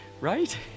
right